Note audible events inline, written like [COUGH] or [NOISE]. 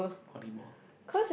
volleyball [BREATH]